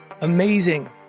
Amazing